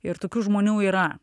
ir tokių žmonių yra